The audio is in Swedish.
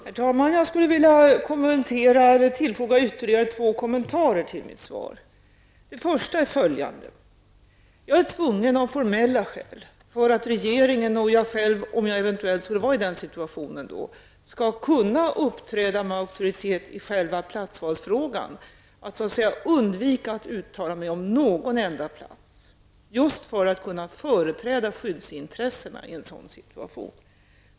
Herr talman! Jag skulle vilja tillfoga ytterligare två kommentarer till mitt svar. För det första är jag tvungen av formella skäl, för att regeringen och jag själv, om jag eventuellt skulle komma i den situationen, skall kunna uppträda med auktoritet i själva frågan om att välja plats, att undvika att uttala mig om någon enda plats -- just för att kunna företräda skyddsintressena i en sådan situation.